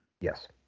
Yes